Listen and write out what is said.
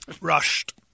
rushed